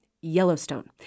Yellowstone